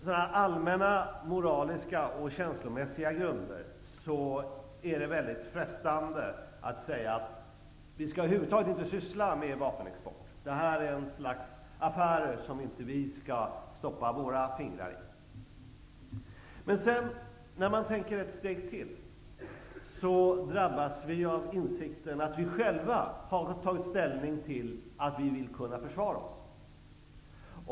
På allmänna moraliska och känslomässiga grunder är det frestande att säga: Vi skall över huvud taget inte syssla med vapenexport. Det är en typ av affärer som vi inte skall stoppa våra fingrar i. Men när vi tänker ett steg till drabbas vi av insikten att vi själva har tagit ställning för att kunna försvara oss.